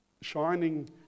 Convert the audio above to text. shining